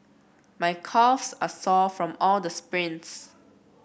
my calves are sore from all the sprints